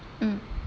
mm